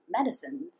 medicines